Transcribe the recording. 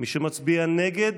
מי שמצביע נגד,